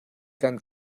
kan